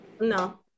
No